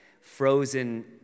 frozen